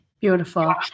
Beautiful